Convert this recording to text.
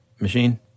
machine